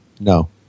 No